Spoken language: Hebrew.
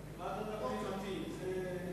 ועדת הפנים.